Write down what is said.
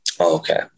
Okay